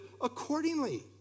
accordingly